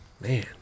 Man